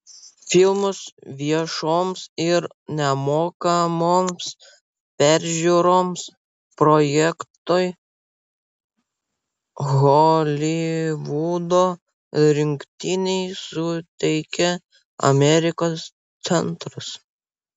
filmus viešoms ir nemokamoms peržiūroms projektui holivudo rinktiniai suteikė amerikos centras